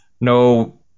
No